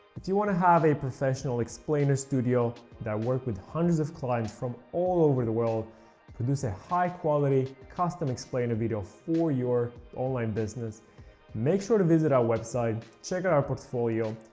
if you want to have a professional explainer studio that worked with hundreds of clients from all over the world produce a high quality, custom explainer video for your online business make sure to visit our website, check out our portfolio,